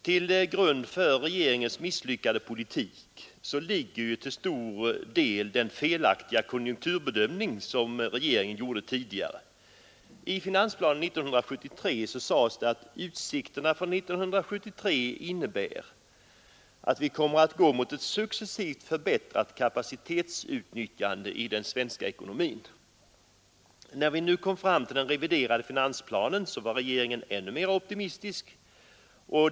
Till grund för regeringens misslyckade politik ligger till stor del den felaktiga konjunkturbedömning som regeringen gjort tidigare. I finansplanen 1973 sades det att utsikterna för 1973 innebär att vi kommer att gå mot ett successivt förbättrat kapacitetsutnyttjande i den svenska ekonomin. När sedan den reviderade finansplanen lades fram var regeringen ännu mera optimistisk.